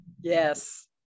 Yes